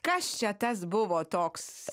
kas čia tas buvo toks